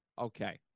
okay